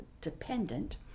dependent